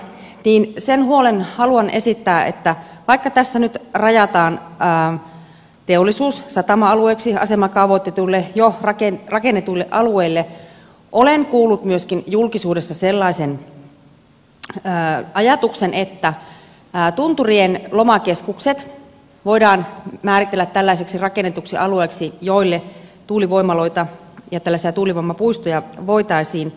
sen huolen haluan esittää että vaikka tässä nyt rajataan teollisuus satama alueiksi asemakaavoitetuille jo rakennetuille alueille olen kuullut myöskin julkisuudessa sellaisen ajatuksen että tunturien lomakeskukset voidaan määritellä tällaisiksi rakennetuiksi alueiksi joille tuulivoimaloita ja tällaisia tuulivoimapuistoja voitaisiin rakentaa